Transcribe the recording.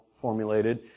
formulated